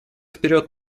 вперед